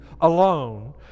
alone